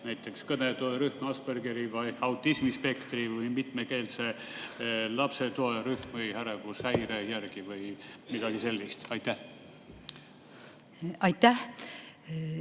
näiteks kõnerühm, Aspergeri või autismispektri või mitmekeelse lapse toe rühm või ärevushäire järgi või midagi sellist? Austatud